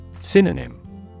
Synonym